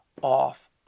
off